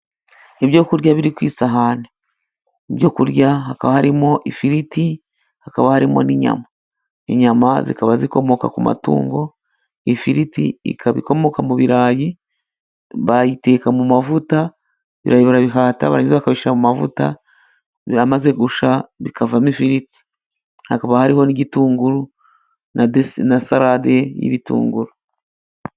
Ibyo kurya biri ku isahani. Ibyo kurya hakaba harimo ifiriti, hakaba harimo n'inyama. Inyama zikaba zikomoka ku matungo. Ifiriti ikaba ikomoka mu birayi, bayiteka mu mavuta. Ibirayi barabihata barangiza bakabishyira mu mavuta, bimaze gushya bikavamo ifiliti. Hakaba hariho n'igitunguru na deseri na salade y'ibitunguru.